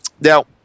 now